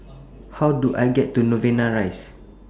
How Do I get to Novena Rise